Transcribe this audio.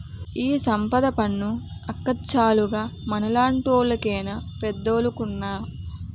ఈ సంపద పన్ను అక్కచ్చాలుగ మనలాంటోళ్లు కేనా పెద్దోలుకున్నా